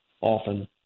often